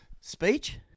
speech